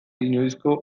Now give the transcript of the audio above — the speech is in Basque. inoizko